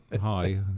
hi